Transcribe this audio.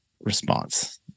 response